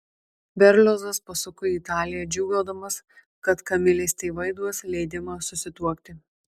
berliozas pasuko į italiją džiūgaudamas kad kamilės tėvai duos leidimą susituokti